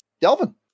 delvin